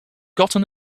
gotten